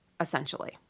essentially